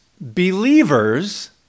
believers